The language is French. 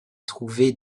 trouver